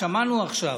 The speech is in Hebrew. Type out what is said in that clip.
שמענו עכשיו.